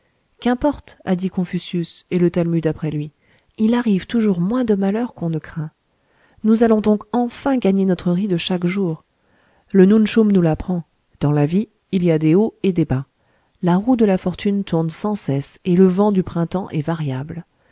qu'importe a dit confucius et le talmud après lui il arrive toujours moins de malheurs qu'on ne craint nous allons donc enfin gagner notre riz de chaque jour le nun schum nous l'apprend dans la vie il y a des hauts et des bas la roue de la fortune tourne sans cesse et le vent du printemps est variable